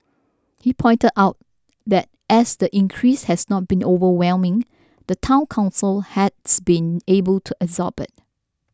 he pointed out that as the increase has not been overwhelming the Town Council has been able to absorb it